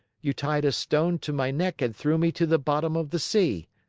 you tied a stone to my neck and threw me to the bottom of the sea.